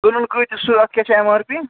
کٕنُن کۭتِس سُہ اتھ کیٛاہ چھُ اٮ۪م آر پی